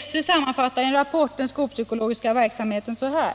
SÖ sammanfattar i en rapport den skolpsykologiska verksamheten så här: